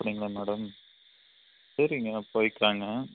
அப்படிங்களா மேடம் சரிங்க போயிக்கிலாங்க